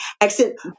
accent